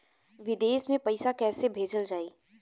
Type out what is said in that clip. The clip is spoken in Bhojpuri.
विदेश में पईसा कैसे भेजल जाई?